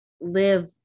live